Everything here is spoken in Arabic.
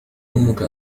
أمك